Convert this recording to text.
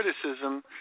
criticism